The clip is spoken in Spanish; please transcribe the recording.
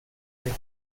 que